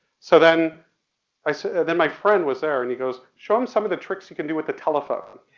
so then i said, then my friend was there and he goes, show him some of the tricks you can do with the telephone.